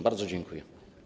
Bardzo dziękuję.